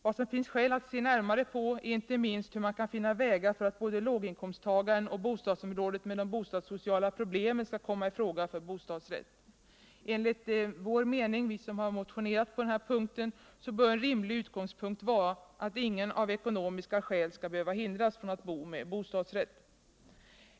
Vad som finns skäl att se närmare på är inte minst hur man kan finna vägar för aut både låginkomsttagaren och bostadsområdet med de bostadssociala problemen skall komma i fråga för bostadsrätt. En rimlig utgångspunkt bör vara att ingen av ckonomiska skil skall behöva hindras från att bo med bostadsrätt.